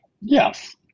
Yes